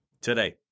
today